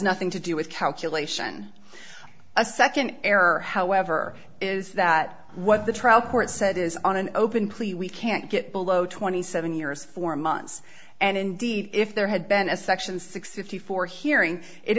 nothing to do with calculation a second error however is that what the trial court said is on an open plea we can't get below twenty seven years four months and indeed if there had been a section sixty four hearing it